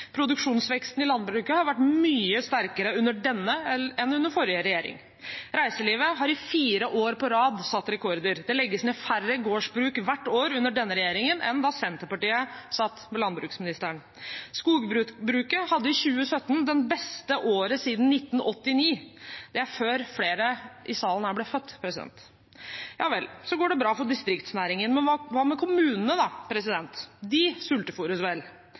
Produksjonsveksten i landbruket har vært mye sterkere under denne regjeringen enn under den forrige. Reiselivet har i fire år på rad satt rekorder. Det legges ned færre gårdsbruk hvert år under denne regjeringen enn da Senterpartiet satt med landbruksministeren. Skogbruket hadde i 2017 det beste året siden 1989. Det er før flere her i salen ble født, president! Ja vel, så går det bra for distriktsnæringene. Men hva med kommunene, de sultefôres vel?